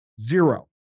Zero